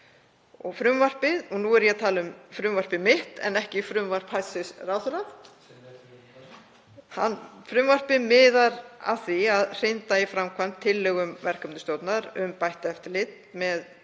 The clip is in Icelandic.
Frumvarpið, og nú er ég að tala um frumvarpið mitt en ekki frumvarp hæstv. ráðherra, (Gripið fram í.) miðar að því að hrinda í framkvæmd tillögum verkefnastjórnar um bætt eftirlit með